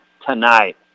tonight